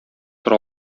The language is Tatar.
тора